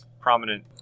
prominent